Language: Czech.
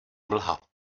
mlha